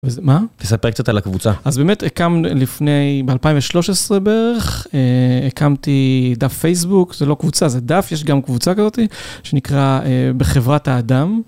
מה תספר קצת על הקבוצה אז באמת הקמ.. לפני ב2013 בערך הקמתי דף פייסבוק זה לא קבוצה זה דף יש גם קבוצה כזאת שנקרא בחברת האדם.